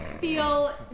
feel